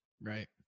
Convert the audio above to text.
Right